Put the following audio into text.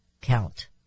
count